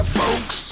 folks